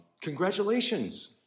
Congratulations